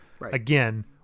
again